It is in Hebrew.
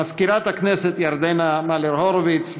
מזכירת הכנסת ירדנה מלר-הורוביץ,